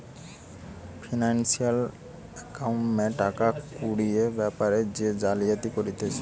financial ক্রাইমে টাকা কুড়ির বেপারে যে জালিয়াতি করতিছে